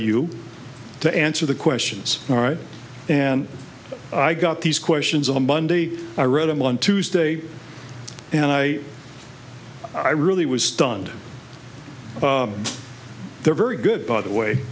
you to answer the questions all right and i got these questions on monday i read them on tuesday and i i really was stunned they're very good by the way